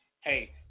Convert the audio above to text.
Hey